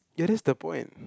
ya that's the point